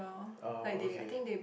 oh okay